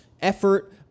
effort